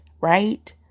right